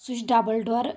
سُہ چھُ ڈبٕل ڈور